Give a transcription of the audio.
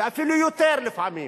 ולפעמים